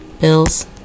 bills